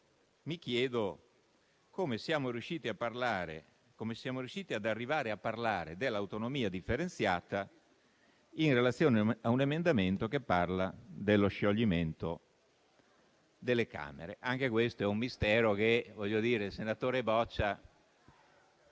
Mi chiedo come siamo riusciti ad arrivare a parlare dell'autonomia differenziata in relazione a un emendamento che parla dello scioglimento delle Camere. Anche questo è un mistero che il senatore Boccia